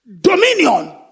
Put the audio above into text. Dominion